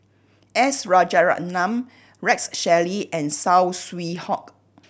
S Rajaratnam Rex Shelley and Saw Swee Hock